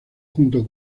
junto